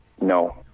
No